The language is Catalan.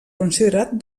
considerat